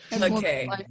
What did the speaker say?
Okay